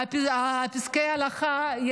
פסקי ההלכה,